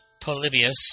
Polybius